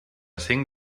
cinc